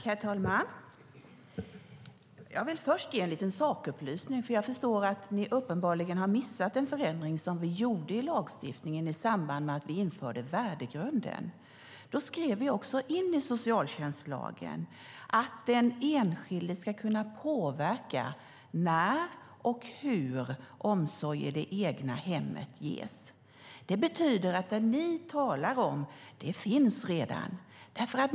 Herr talman! Jag vill först ge en liten sakupplysning eftersom jag förstår att ni uppenbarligen har missat en förändring som vi gjorde i lagstiftningen i samband med att vi införde värdegrunden. Då skrev vi också in i socialtjänstlagen att den enskilde ska kunna påverka när och hur omsorg i det egna hemmet ges. Det betyder att det som ni talar om finns redan.